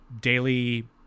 daily